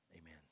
amen